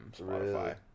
spotify